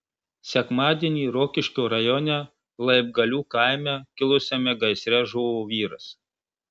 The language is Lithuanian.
sekmadienį rokiškio rajone laibgalių kaime kilusiame gaisre žuvo vyras